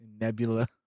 Nebula